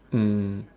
mm